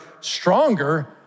stronger